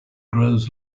grows